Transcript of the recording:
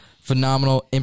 phenomenal